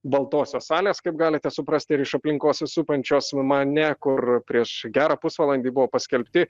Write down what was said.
baltosios salės kaip galite suprasti ir iš aplinkos supančios mane kur prieš gerą pusvalandį buvo paskelbti